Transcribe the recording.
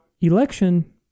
election